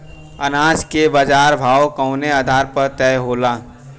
अनाज क बाजार भाव कवने आधार पर तय होला?